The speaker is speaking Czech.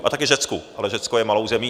A taky Řecku, ale Řecko je malou zemí.